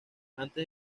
antes